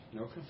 Okay